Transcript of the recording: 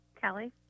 Kelly